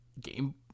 game